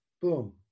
boom